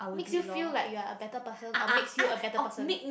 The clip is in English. makes you feel like you are a better person or makes you a better person